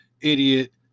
idiot